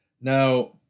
Now